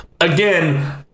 again